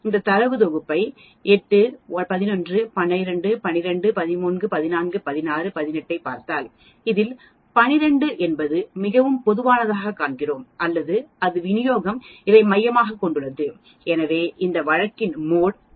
இந்த தரவுத் தொகுப்பை 8 11 12 12 13 14 16 18 ஐப் பார்த்தால் இதில் 12 என்பது மிகவும் பொதுவானதாகக் காண்கிறோம் அல்லது அது விநியோகம் இதை மையமாகக் கொண்டுள்ளது எனவே இந்த வழக்கில் மோட் 12 ஆகும்